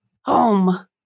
Home